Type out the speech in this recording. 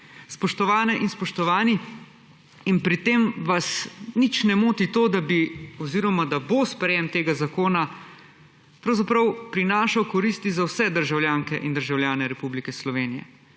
spoštovane in spoštovani, in pri tem vas nič ne moti to, da bo sprejetje tega zakona pravzaprav prinašal korist za vse državljanke in državljane Republike Slovenije.